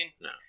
No